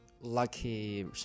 lucky